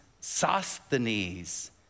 Sosthenes